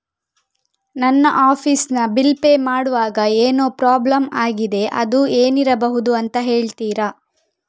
ನನ್ನ ಆಫೀಸ್ ನ bill pay ಮಾಡ್ವಾಗ ಏನೋ ಪ್ರಾಬ್ಲಮ್ ಆಗಿದೆ ಅದು ಏನಿರಬಹುದು ಅಂತ ಹೇಳ್ತೀರಾ?